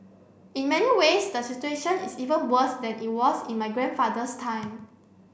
in many ways the situation is even worse than it was in my grandfather's time